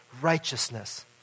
righteousness